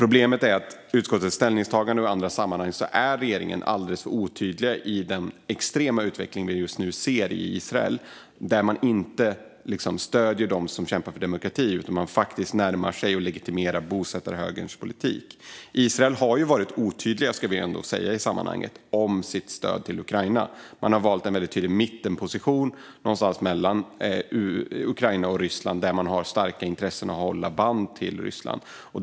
Problemet är att i det man ser i utskottets ställningstagande och i andra sammanhang är regeringen alldeles för otydlig i förhållande till den extrema utvecklingen just nu i Israel. Man stöder inte dem som kämpar för demokrati utan närmar sig och legitimerar bosättarhögerns politik. Israel har varit otydliga om sitt stöd till Ukraina. Man har valt en väldigt tydlig mittenposition mellan Ukraina och Ryssland, där man har starka intressen av att behålla banden till Ryssland.